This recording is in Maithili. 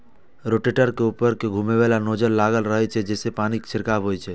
रोटेटर के ऊपर मे घुमैबला नोजल लागल रहै छै, जइसे पानिक छिड़काव होइ छै